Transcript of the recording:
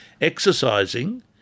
Exercising